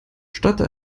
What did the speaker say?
starte